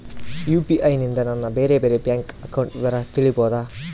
UPI ನಿಂದ ನನ್ನ ಬೇರೆ ಬೇರೆ ಬ್ಯಾಂಕ್ ಅಕೌಂಟ್ ವಿವರ ತಿಳೇಬೋದ?